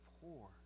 poor